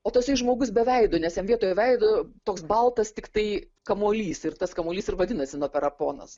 o tasai žmogus be veido nes jam vietoj veido toks baltas tiktai kamuolys ir tas kamuolys ir vadinasi noperaponas